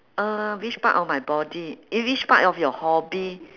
uh which part of my body eh which part of your hobby